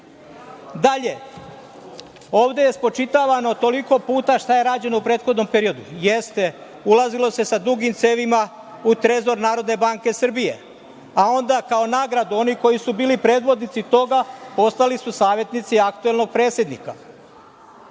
ovde je spočitavano toliko puta šta je ređeno u prethodnom periodu. Jeste, ulazilo se sa dugim cevima u Trezor Narodne banke Srbije, a onda kao nagradu, oni koji su bili predvodnici toga, postali su savetnici aktuelnog predsednika.